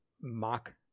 mock